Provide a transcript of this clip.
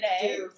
today